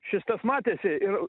šis tas matėsi ir